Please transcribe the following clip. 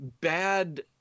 bad